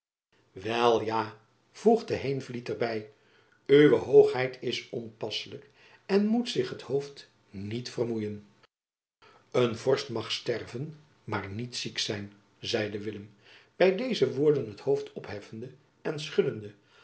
wel ja voegde heenvliet er by uwe hoogheid is onpasselijk en moet zich het hoofd niet vermoeien een vorst mag sterven maar niet ziek zijn zeide willem by deze woorden het hoofd opheffende en schuddende